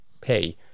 pay